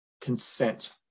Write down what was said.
consent